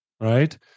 Right